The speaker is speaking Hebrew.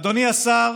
אדוני השר,